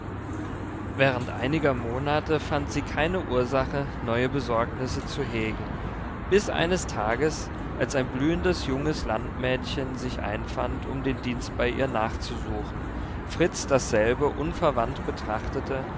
während einiger monate fand sie keine ursache neue besorgnisse zu hegen bis eines tages als ein blühendes junges landmädchen sich einfand um den dienst bei ihr nachzusuchen fritz dasselbe unverwandt betrachtete